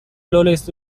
lorez